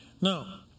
Now